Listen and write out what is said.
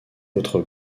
votre